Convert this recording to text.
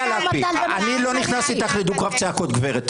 אני לא נכנס איתך לדו קרב צעקות גברת.